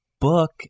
book